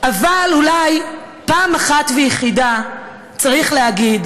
אבל אולי פעם אחת ויחידה צריך להגיד